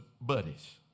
buddies